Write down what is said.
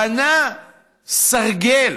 בנה סרגל